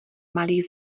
malých